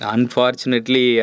Unfortunately